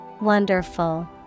Wonderful